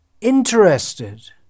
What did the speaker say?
interested